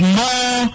more